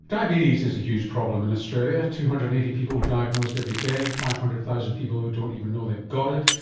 diabetes is a huge problem in australia two hundred and eighty people diagnosed every day, five hundred thousand people who don't even know they've got it.